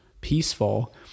peaceful